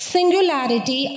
Singularity